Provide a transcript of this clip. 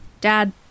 Dad